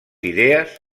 idees